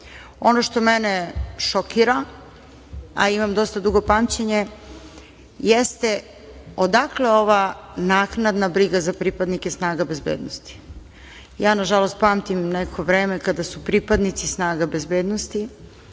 Ono što mene šokira, a imam dosta dugo pamćenje, jeste - odakle ova naknadna briga za pripadnike snaga bezbednosti? Ja, nažalost, pamtim neko vreme kada su pripadnici snaga bezbednosti,